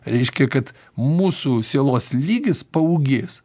reiškia kad mūsų sielos lygis paūgės